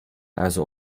also